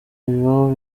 bibaho